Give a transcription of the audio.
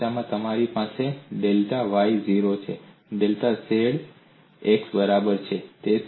બીજો કિસ્સો તમારી પાસે delta Y 0 delta z delta x બરાબર છે